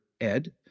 Ed